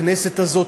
הכנסת הזאת,